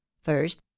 first